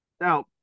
now